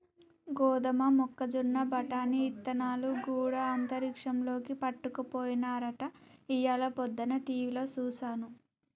గోదమ మొక్కజొన్న బఠానీ ఇత్తనాలు గూడా అంతరిక్షంలోకి పట్టుకపోయినారట ఇయ్యాల పొద్దన టీవిలో సూసాను